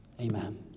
amen